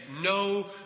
no